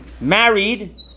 married